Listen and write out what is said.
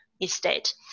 estate